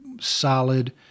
solid